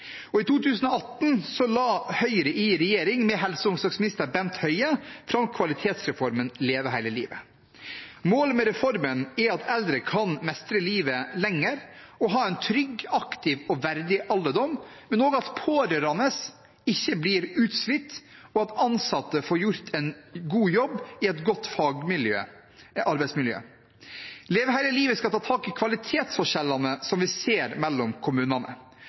I 2018 la Høyre i regjering med helse- og omsorgsminister Bent Høie fram kvalitetsreformen Leve hele livet. Målet med reformen er at eldre kan mestre livet lenger og ha en trygg, aktiv og verdig alderdom, men også at pårørende ikke blir utslitt, og at ansatte får gjort en god jobb i et godt arbeidsmiljø. Leve hele livet skal ta tak i kvalitetsforskjellene som vi ser mellom kommunene,